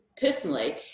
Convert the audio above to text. personally